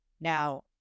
Now